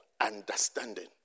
understanding